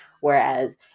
Whereas